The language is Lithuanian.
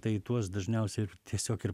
tai tuos dažniausiai ir tiesiog ir